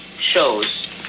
shows